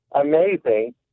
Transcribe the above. amazing